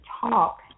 talk